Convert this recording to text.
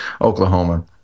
Oklahoma